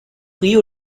rio